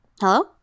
Hello